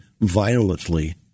violently